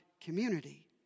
community